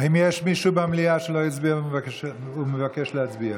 האם יש מישהו במליאה שלא הצביע ומבקש להצביע?